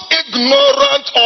ignorant